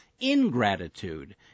ingratitude